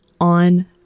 on